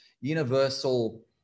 universal